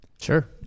Sure